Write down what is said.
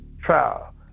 trial